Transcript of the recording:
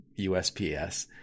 USPS